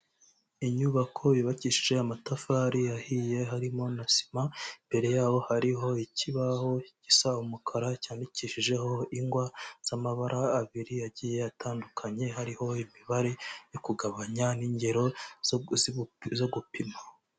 Inyubako yubakishije amatafari yahiye harimo na sima imbere yabo hariho ikibaho gisa umukara cyandikishijeho ingwa z'amabara abiri agiye atandukanye, hariho imibare yo kugabanya n'ingero zo gupima.